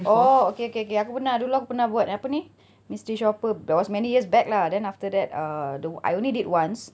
oh okay okay okay aku pernah dulu aku pernah buat apa ni mystery shopper that was many years back lah then after that uh the I only did once